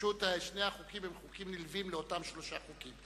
שני החוקים הם חוקים נלווים לאותם שלושה חוקים.